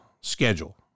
schedule